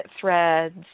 threads